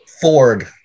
Ford